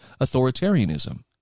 authoritarianism